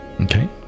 okay